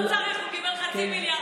הוא לא צריך, הוא קיבל חצי מיליארד.